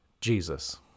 Jesus